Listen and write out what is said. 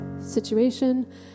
situation